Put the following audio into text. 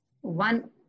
One